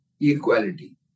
equality